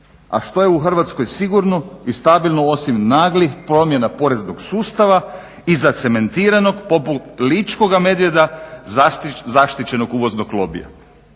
A što je u Hrvatskoj sigurno i stabilno osim naglih promjena poreskog sustava i zacementiranog poput ličkog medvjeda, zaštićenog uvoznog lobija?